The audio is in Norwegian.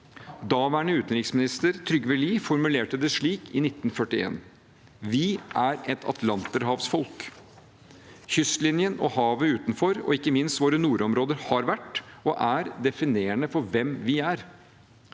Daværende utenriksminister Trygve Lie formulerte det slik i 1941: «Vi er et Atlanterhavsfolk.» Kystlinjen og havet utenfor, og ikke minst våre nordområder, har vært og er definerende for hvem vi er.